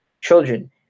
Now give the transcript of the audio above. children